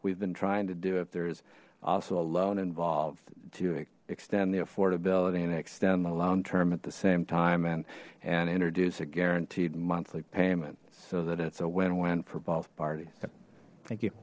we've been trying to do if there's also a loan involved to extend the affordability and extend the long term at the same time and and introduce a guaranteed monthly payment so that it's a win win for both parties thank you